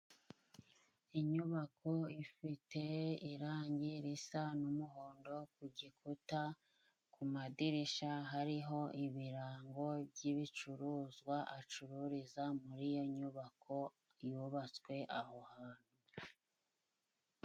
Inyubako ifite irangi risa n'umuhondo ku gikuta, ku madirishya hariho ibirango by'bicuruzwa acururiza muri iyo nyubako yubatswe aho hantu.